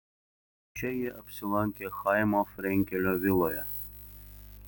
čia jie apsilankė chaimo frenkelio viloje